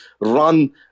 run